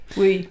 Oui